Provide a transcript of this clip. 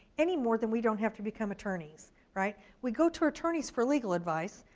anymore than we don't have to become attorneys, right. we go to attorneys for legal advice,